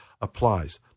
applies